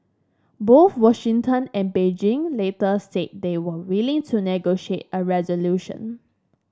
both Washington and Beijing later said they were willing to negotiate a resolution